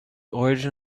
origin